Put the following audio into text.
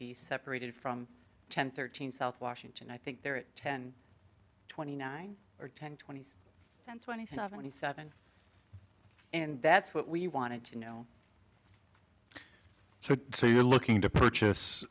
be separated from ten thirteen south washington i think there are ten twenty nine or ten twenty and twenty seventy seven and that's what we wanted to know so so you're looking to purchase